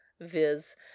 viz